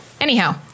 Anyhow